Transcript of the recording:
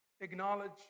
Acknowledge